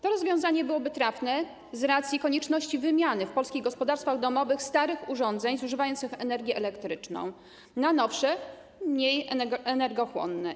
To rozwiązanie byłoby trafne z racji konieczności wymiany w polskich gospodarstwach domowych starych urządzeń zużywających energię elektryczną na nowsze, mniej energochłonne.